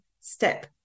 step